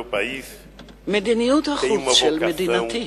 מדיניות החוץ של מדינתי,